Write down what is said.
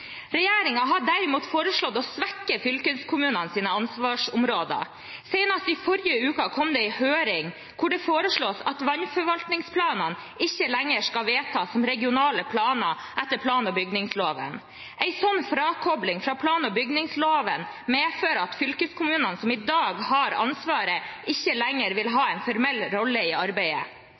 har derimot foreslått å svekke fylkeskommunenes ansvarsområder. Senest i forrige uke kom det en høring hvor det ble foreslått at vannforvaltningsplanene ikke lenger skal vedtas som regionale planer etter plan- og bygningsloven. En slik frakobling fra plan- og bygningsloven medfører at fylkeskommunene, som i dag har ansvaret, ikke lenger vil ha en formell rolle i arbeidet.